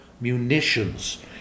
munitions